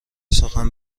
سخن